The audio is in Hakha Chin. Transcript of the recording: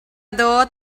dawt